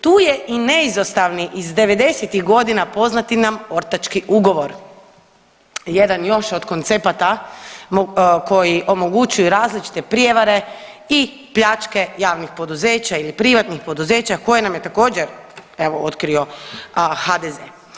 Tu je i neizostavni iz devedesetih godina poznati nam ortački ugovor, jedan još od koncepata koji omogućuju različite prijevare i pljačke javnih poduzeća ili privatnih poduzeća koje nam je također evo otkrio HDZ.